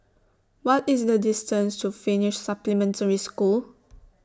What IS The distance to Finnish Supplementary School